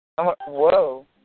Whoa